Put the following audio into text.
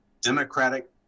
Democratic